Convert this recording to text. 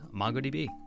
MongoDB